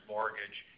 Mortgage